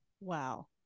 Wow